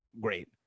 great